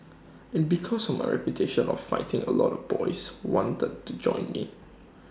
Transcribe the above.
and because of my reputation of fighting A lot of boys wanted to join me